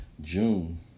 June